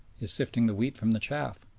is sifting the wheat from the chaff,